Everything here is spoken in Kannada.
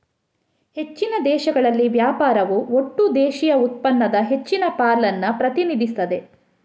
ಹೆಚ್ಚಿನ ದೇಶಗಳಲ್ಲಿ ವ್ಯಾಪಾರವು ಒಟ್ಟು ದೇಶೀಯ ಉತ್ಪನ್ನದ ಹೆಚ್ಚಿನ ಪಾಲನ್ನ ಪ್ರತಿನಿಧಿಸ್ತದೆ